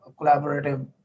collaborative